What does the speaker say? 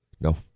No